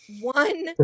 one